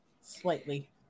slightly